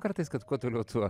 kartais kad kuo toliau tuo